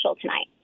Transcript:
tonight